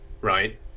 Right